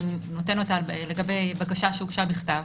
שהוא נותן אותה לגבי בקשה שהוגשה בכתב